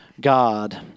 God